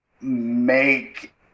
make